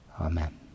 amen